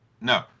No